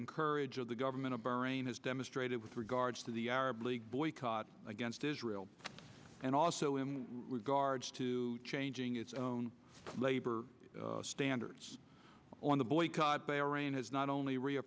and courage of the government of bahrain has demonstrated with regards to the arab league boycott against israel and also in regards to changing its own labor standards on the boycott bahrain has not only r